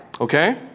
Okay